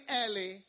early